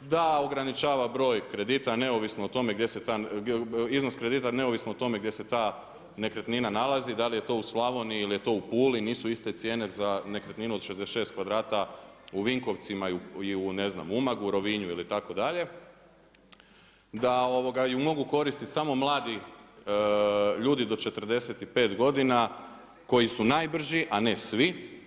da ograničava broj kredita neovisno o tome gdje se ta nekretnina nalazi, da li je to u Slavoniji ili je to u Puli, nisu iste cijene za nekretninu od 66 kvadrata u Vinkovcima, ne znam, u Umagu, Rovinju itd. da ju mogu koristiti samo mladi ljudi do 45 godina koji su najbrži a ne svi.